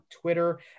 twitter